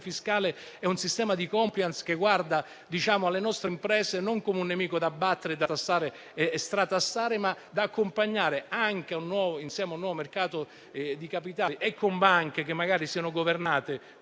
fiscale ed a un sistema di *compliance* che guarda alle nostre imprese non come a un nemico da battere, da tassare e stratassare, ma da accompagnare insieme a un nuovo mercato di capitali, con banche magari governate